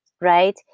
right